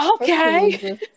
Okay